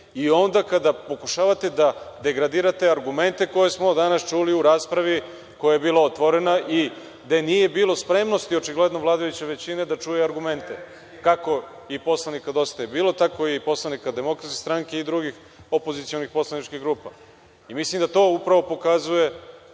i onda kada pokušavate da degradirate argumente koje smo danas čuli u raspravi koja je bila otvorena i gde nije bilo spremnosti, očigledno, vladajuće većine da čuje argumente, kako i poslanika Dosta je bilo, tako i poslanika DS i drugih opozicionih poslaničkih grupa. Mislim da to upravo pokazuje